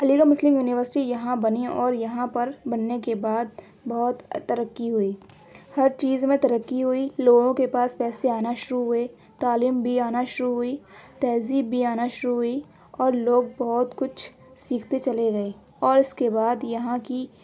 علی گڑھ Muslim university یہاں بنی اور یہاں پر بننے کے بعد بہت ترقی ہوئی ہر چیز میں ترقی ہوئی لوگوں کے پاس پیسے آنا شروع ہوئے تعلیم بھی آنا شروع ہوئی تہذیب بھی آنا شروع ہوئی اور لوگ بہت کچھ سیکھتے چلے گئے اور اس کے بعد یہاں کی